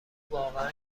واقعا